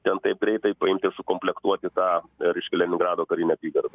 ten taip greitai paimti sukomplektuoti tą reiškia leningrado karinę apygardą